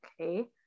okay